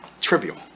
trivial